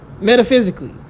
metaphysically